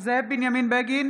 זאב בנימין בגין,